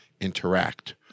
interact